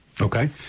Okay